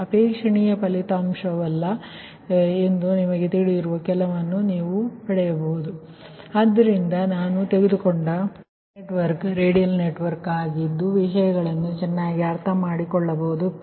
ಅಪೇಕ್ಷಣೀಯ ಫಲಿತಾಂಶವಲ್ಲ ಎಂದು ನಿಮಗೆ ತಿಳಿದಿರುವ ಕೆಲವನ್ನು ನೀವು ಪಡೆಯುತ್ತೀರಿ ಆದ್ದರಿಂದ ಇದು ನಾನು ತೆಗೆದುಕೊಂಡ ರೇಡಿಯಲ್ ನೆಟ್ವರ್ಕ್ ಆಗಿದ್ದು ನೀವು ವಿಷಯಗಳನ್ನು ಸರಿಯಾಗಿ ಅರ್ಥಮಾಡಿಕೊಳ್ಳುವಿರಿ